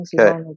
Okay